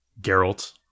Geralt